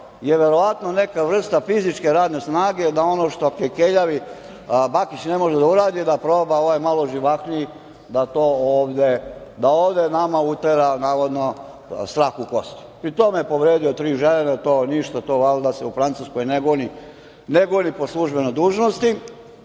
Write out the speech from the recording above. je verovatno neka vrsta fizičke radne snage, da ono što kekeljavi Bakić ne može da uradi, da proba ovaj malo živahniji da ovde nama utera navodno strah u kosti. Pri tome je povredio tri žene, valjda se u Francuskoj ne goni po službenoj dužnosti.